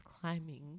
climbing